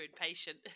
impatient